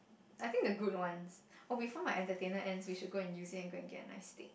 I think the good ones oh before the entertainer ends we should go and use it and get a nice steak